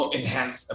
enhance